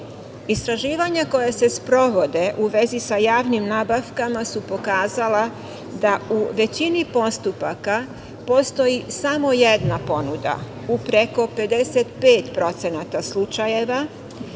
pandemije. Istraživanja koja se sprovode u vezi sa javnim nabavkama su pokazala da u većini postupaka postoji samo jedna ponuda, u preko 55% slučajeva